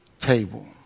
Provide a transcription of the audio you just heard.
table